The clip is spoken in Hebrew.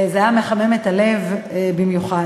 זה היה מחמם את הלב במיוחד.